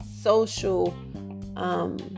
social